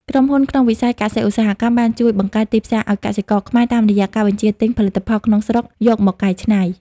ក្រុមហ៊ុនក្នុងវិស័យ កសិ-ឧស្សាហកម្ម បានជួយបង្កើតទីផ្សារឱ្យកសិករខ្មែរ តាមរយៈការបញ្ជាទិញផលិតផលក្នុងស្រុកយកមកកែច្នៃ។